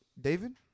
David